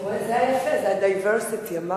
אתה רואה, זה היפה, זה ה-diversity, אמרתי,